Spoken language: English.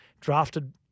drafted